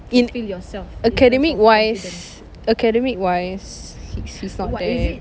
in academic wise academic wise he's he's not there